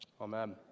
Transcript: amen